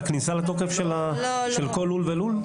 לכניסה לתוקף של כל לול ולול?